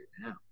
now